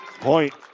Point